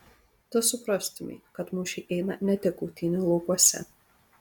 tu suprastumei kad mūšiai eina ne tik kautynių laukuose